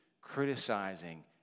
criticizing